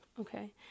Okay